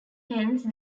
hence